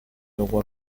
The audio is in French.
roi